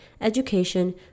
education